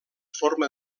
forma